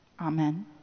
amen